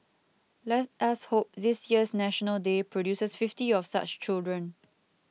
let us hope this year's National Day produces fifty of such children